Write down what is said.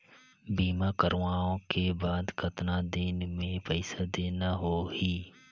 बीमा करवाओ के बाद कतना दिन मे पइसा देना हो ही?